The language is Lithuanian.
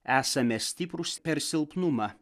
esame stiprūs per silpnumą